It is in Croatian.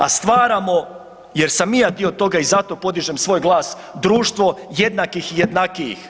A stvaramo jer sam i ja dio toga i zato podižem svoj glas, društvo jednakih i jednakijih.